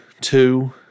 two